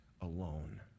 alone